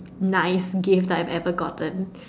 nice gift I've ever gotten